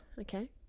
Okay